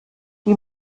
die